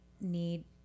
need